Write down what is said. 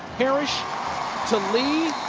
parrish to lee.